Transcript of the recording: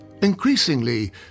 Increasingly